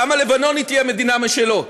לעם הלבנוני תהיה מדינה משלו,